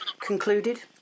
concluded